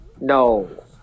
No